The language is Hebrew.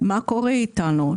מה קורה איתנו.